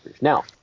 Now